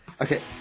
Okay